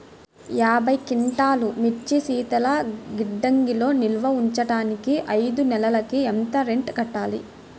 యాభై క్వింటాల్లు మిర్చి శీతల గిడ్డంగిలో నిల్వ ఉంచటానికి ఐదు నెలలకి ఎంత రెంట్ కట్టాలి?